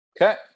Okay